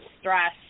stress